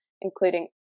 including